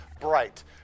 bright